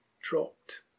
dropped